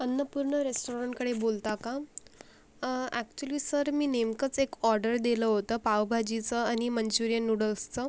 अन्नपूर्णा रेस्टाॅरणकडे बोलता का ॲक्च्युली सर मी नेमकंच एक ऑर्डर दिलं होतं पावभाजीचं आणि मंच्युरियन नूडल्सचं